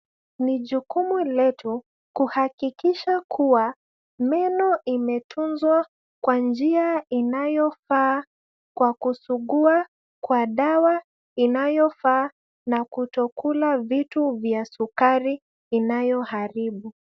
Ni jukumu letu kuhakikisha kuwa meno imetuzwa kwa njia inayofaa kwa kusugua na dawa inayofaa na kutokula vitu vya sukari inayoharibu.